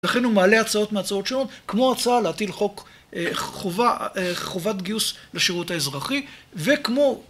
לכן הוא מעלה הצעות מהצעות שונות, כמו הצעה להטיל חוק חובה... חובת גיוס לשירות האזרחי. וכמו